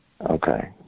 Okay